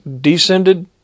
descended